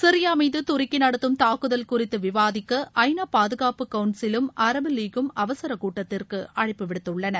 Syria மீது துருக்கி நடத்தும் தாக்குதல் குறித்து விவாதிக்க ஐ நா பாதுகாப்பு கவுன்சிலும் அரபு வீகும் அவசர கூட்டத்திற்கு அழைப்பு விடுத்துள்ளன